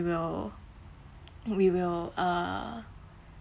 will we will uh